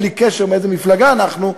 בלי קשר מאיזה מפלגה אנחנו.